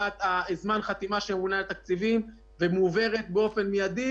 מבחינת זמן החתימה של הממונה על התקציבים ומועברת באופן מידי